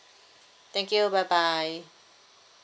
thank you bye bye